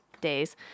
days